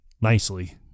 nicely